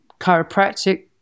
chiropractic